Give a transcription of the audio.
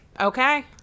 okay